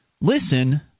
Listen